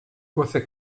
você